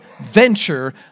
venture